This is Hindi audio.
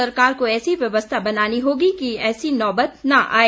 सरकार को ऐसी व्यवस्था बनानी होगी कि ऐसी नौबत न आए